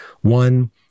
one